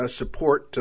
support